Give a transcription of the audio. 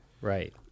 right